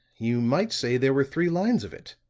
you might say there were three lines of it,